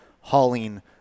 hauling